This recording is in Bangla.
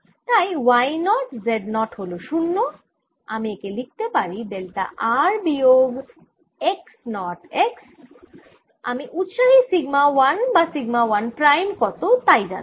তাই y নট z নট হল 0 আমি একে লিখতে পারি ডেল্টা r বিয়োগ x নট x আমি উৎসাহী সিগমা 1 বা সিগমা 1 প্রাইম কত তা জানতে